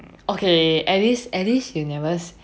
okay at least at least you never